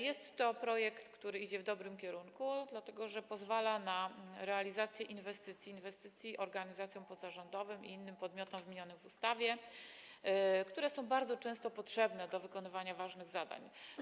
Jest to projekt, który idzie w dobrym kierunku, dlatego że pozwala na realizację inwestycji organizacjom pozarządowym i innym podmiotom wymienionym w ustawie, które są bardzo często potrzebne do wykonywania ważnych zadań.